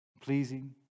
pleasing